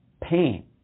pain